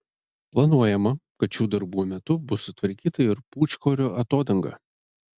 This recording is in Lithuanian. planuojama kad šių darbų metu bus sutvarkyta ir pūčkorių atodanga